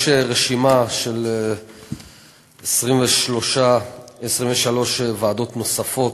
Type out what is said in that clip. יש רשימה של 23 ועדות נוספות,